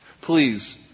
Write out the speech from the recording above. Please